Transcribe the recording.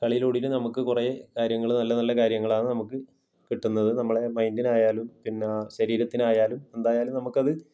കളിയിലൂടിലെ നമ്മൾക്ക് കുറേ കാര്യങ്ങൾ നല്ല നല്ല കാര്യങ്ങളാണ് നമുക്ക് കിട്ടുന്നത് നമ്മളെ മൈന്ഡിനായാലും പിന്നെ ശരീരത്തിനായാലും എന്തായാലും നമ്മൾക്ക് അത്